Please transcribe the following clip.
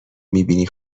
میبینی